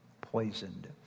poisoned